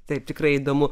taip tikrai įdomu